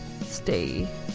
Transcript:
stay